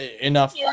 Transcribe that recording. enough